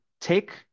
take